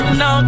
no